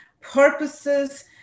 purposes